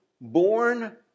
born